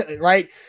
right